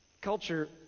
Culture